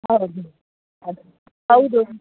ಹೌದು ಹೌದು ಹೌದು